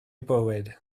bywyd